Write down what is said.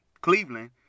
Cleveland